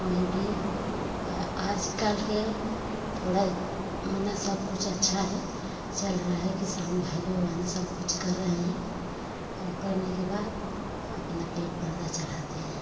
वहीं भी आजकल के थोड़ा मने सब कुछ अच्छा है चल रहा है किसान भाइयों बहनों सब कुछ कर रहें हैं औ करने के बाद अपना पेट पर्दा चलाते हैं